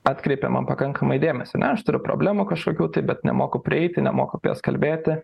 atkreipiama pakankamai dėmesio ne aš turiu problemų kažkokių bet nemoku prieiti nemoku kalbėti